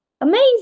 Amazing